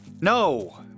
No